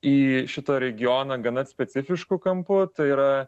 į šitą regioną gana specifišku kampu tai yra